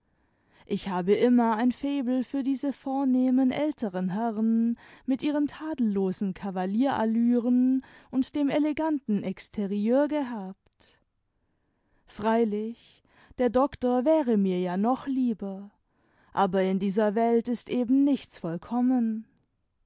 ich habe immer ein faible für diese vornehmen älteren herren mit ihren tadellosen kavalierallüren und dem eleganten exterieur gehabt freilich der doktor wäre mir ja noch lieber aber in dieser welt ist eben nichts vollkommen